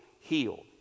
healed